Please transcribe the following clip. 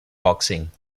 boxing